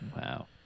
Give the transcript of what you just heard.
Wow